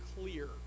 clear